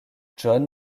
john